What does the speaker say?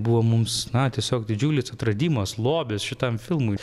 buvo mums na tiesiog didžiulis atradimas lobis šitam filmui